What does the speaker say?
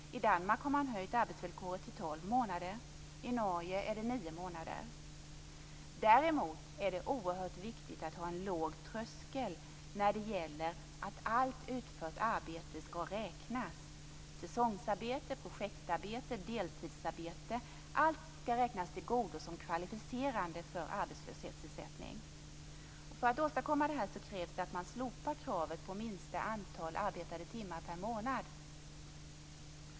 I Danmark har arbetsvillkoret höjts till 12 månader, i Norge är det nio månader. Däremot är det oerhört viktigt att ha en låg tröskel vad gäller att allt utfört arbete skall räknas. Säsongsarbete, projektarbete och deltidsarbete - allt skall räknas till godo som kvalificerande för arbetslöshetsförsäkring. För att åstadkomma detta krävs att man slopar kravet på minsta antal arbetade timmar per månad.